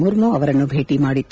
ಮುರ್ಮು ಅವರನ್ನು ಭೇಟ ಮಾಡಿತ್ತು